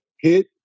hit